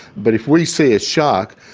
but if we see a shark,